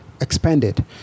expanded